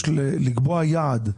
לקבוע יעד,